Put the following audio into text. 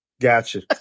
Gotcha